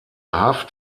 haft